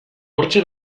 hortxe